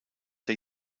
der